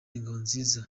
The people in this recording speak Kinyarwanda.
ngabonziza